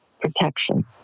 protection